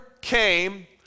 came